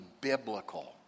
biblical